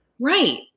Right